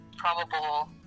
Probable